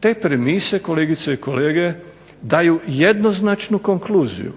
Te premise, kolegice i kolege, daju jednoznačnu konkluziju